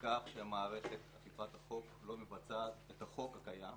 בכך שמערכת אכיפת החוק לא מבצעת את החוק הקיים.